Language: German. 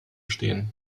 stehen